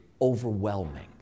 overwhelming